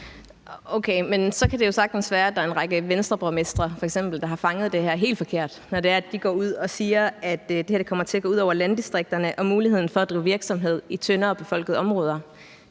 men så kan det jo sagtens være, at der f.eks. er en række Venstreborgmestre, der har fanget det her helt forkert. Når det er sådan, at de går ud og siger, at det her kommer til at gå ud over landdistrikterne og muligheden for at drive virksomhed i tyndere befolket områder,